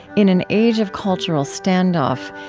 in an age of cultural standoff,